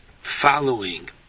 following